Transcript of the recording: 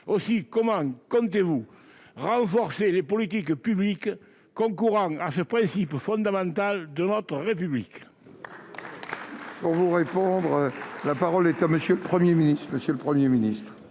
santé. Comment comptez-vous renforcer les politiques publiques concourant à ce principe fondamental de notre République ? La parole est à M. le Premier ministre.